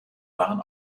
waren